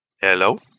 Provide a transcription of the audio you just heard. Hello